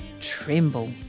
Tremble